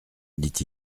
dit